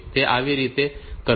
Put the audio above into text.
તો આ કેવી રીતે કરવું